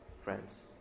friends